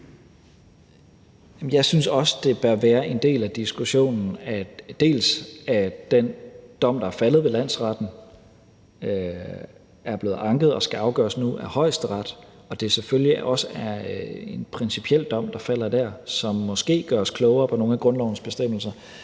jeg synes også, at det bør være en del af diskussionen, at den dom, der er faldet ved landsretten, er blevet anket og nu skal afgøres af Højesteret, og at det selvfølgelig også er en principiel dom, der falder dér, og som måske gør os klogere på nogle af grundlovens bestemmelser.